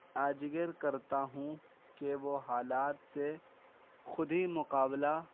اجگر کرتا ہوں کہ وہ حالات سے خود ہی مقابلہ